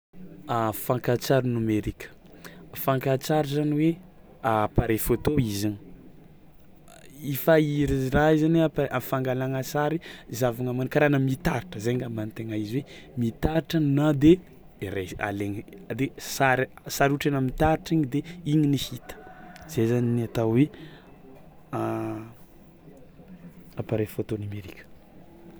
Fankan-tsary nomerika, fanka-tsary zany hoe appareil photo i zany i fa raha io zany appa- fangalana sary izahana raha kara anao mitaratra zay ngamba nhy tegna izy hoe mitaratra na avy de raisin- alegny sary ohatra anao mitaratra igny de igny ny hita, zay zany ny atao hoe appareil photo numerika.